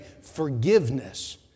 Forgiveness